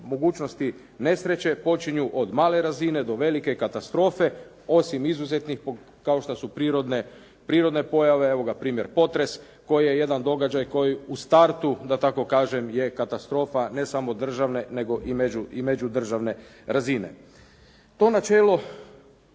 mogućnosti nesreće počinju od male razine do velike katastrofe, osim izuzetnih kao što su prirodne pojave, evo ga primjer potres, koji je jedan događaj koji u startu da tako kažem je katastrofa ne samo državne, nego i međudržavne razine. To načelo